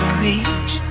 reach